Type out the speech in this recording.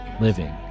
living